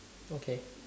okay